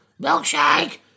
milkshake